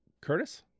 Curtis